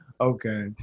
Okay